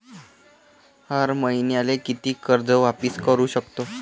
हर मईन्याले कितीक कर्ज वापिस करू सकतो?